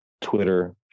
Twitter